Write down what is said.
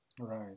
Right